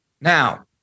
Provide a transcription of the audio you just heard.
Now